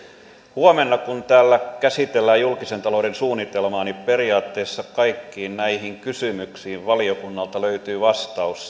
huomenna kun täällä käsitellään julkisen talouden suunnitelmaa periaatteessa kaikkiin näihin kysymyksiin valiokunnalta löytyy vastaus